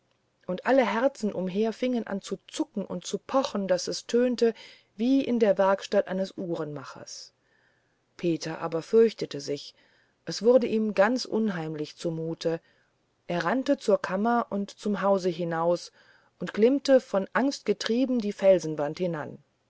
und alle herzen umher fingen an zu zucken und zu pochen daß es tönte wie in der werkstatt eines uhrenmachers peter aber fürchtete sich es wurde ihm ganz unheimlich zumut er rannte zur kammer und zum haus hinaus und klimmte von angst getrieben die felsenwand hinan